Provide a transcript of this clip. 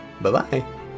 Bye-bye